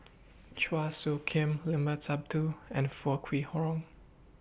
Chua Soo Khim Limat Sabtu and Foo Kwee Horng